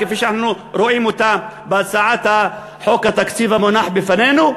כפי שאנחנו רואים אותה בהצעת חוק התקציב המונחת בפנינו,